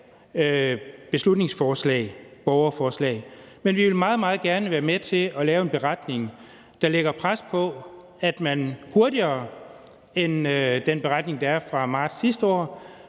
med baggrund i et borgerforslag. Men vi vil meget, meget gerne være med til at lave en beretning, der lægger pres på, så man hurtigere end den beretning, der er fra marts sidste år,